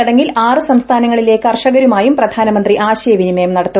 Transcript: ചടങ്ങിൽ ആറ് സംസ്ഥാനങ്ങളിലെ കർഷകരുമായും പ്രധാനമന്ത്രി ആശയവിനിമയം നടത്തും